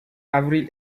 avril